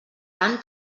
tant